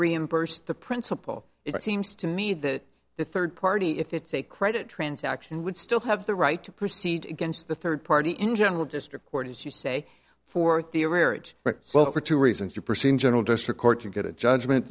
reimbursed the principal it seems to me that the third party if it's a credit transaction would still have the right to proceed against the third party in general district court as you say for theory for two reasons you proceed in general district court to get a judgment